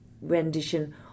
rendition